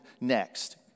next